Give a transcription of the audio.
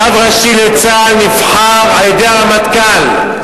רב ראשי לצה"ל נבחר על-ידי הרמטכ"ל.